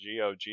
GOG